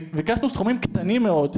ביקשנו סכומים קטנים מאוד,